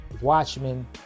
watchmen